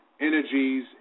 energies